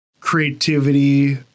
creativity